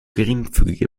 geringfügige